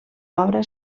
obra